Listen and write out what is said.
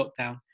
lockdown